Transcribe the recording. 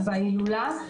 בוודאי שכן.